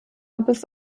bis